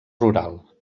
rural